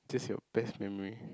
just your best memory